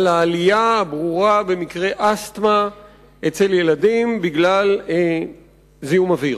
על העלייה הברורה במקרי אסתמה אצל ילדים בגלל זיהום האוויר.